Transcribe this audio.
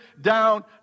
down